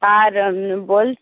আর